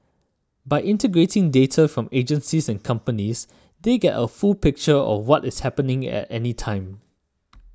by integrating data from agencies and companies they get a full picture of what is happening at any time